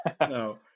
No